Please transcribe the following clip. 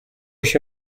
się